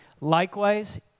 Likewise